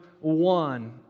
one